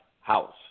house